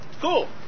cool